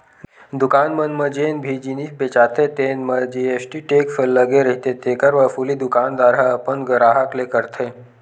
दुकान मन म जेन भी जिनिस बेचाथे तेन म जी.एस.टी टेक्स लगे रहिथे तेखर वसूली दुकानदार ह अपन गराहक ले करथे